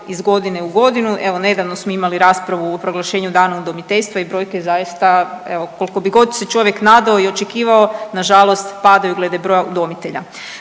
iz godine u godinu. Evo, nedavno smo imali raspravu o proglašenju Dana udomiteljstva i brojke zaista evo koliko bi god se čovjek nadao i očekivao nažalost padaju glede broja udomitelja.